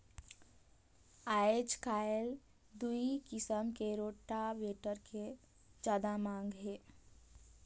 आयज कायल दूई किसम के रोटावेटर के जादा मांग हे